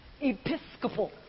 episcopal